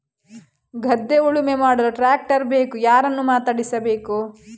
ಗದ್ಧೆ ಉಳುಮೆ ಮಾಡಲು ಟ್ರ್ಯಾಕ್ಟರ್ ಬೇಕು ಯಾರನ್ನು ಮಾತಾಡಿಸಬೇಕು?